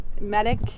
medic